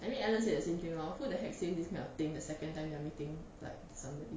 I mean alan said the same thing lor who the heck say this kind of thing the second time they're meeting like somebody